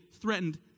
threatened